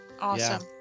Awesome